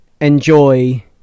enjoy